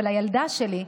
ולילדה שלי,